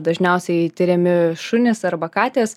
dažniausiai tiriami šunys arba katės